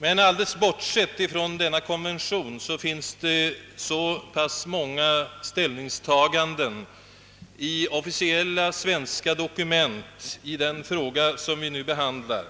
Men alldeles bortsett från denna konvention finns det så många ställningstaganden i officiella svenska dokument i den begränsade fråga som vi nu behandlar,